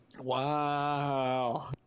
Wow